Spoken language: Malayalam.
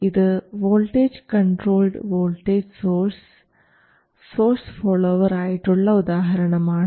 ഇത് voltage controlled voltage source source follower ആയിട്ടുള്ള ഉദാഹരണമാണ്